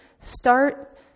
start